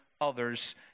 others